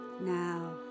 Now